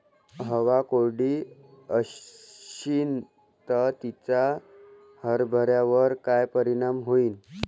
हवा कोरडी अशीन त तिचा हरभऱ्यावर काय परिणाम होईन?